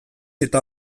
eta